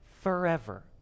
forever